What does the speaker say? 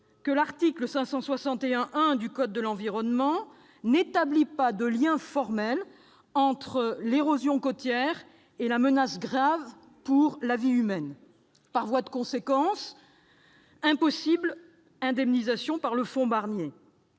que l'article L. 561-1 du code de l'environnement n'établit pas de lien formel entre l'érosion côtière et la menace grave pour la vie humaine. Par voie de conséquence, impossible pour eux d'être indemnisés par le fonds Barnier.